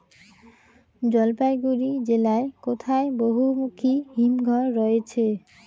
জলপাইগুড়ি জেলায় কোথায় বহুমুখী হিমঘর রয়েছে?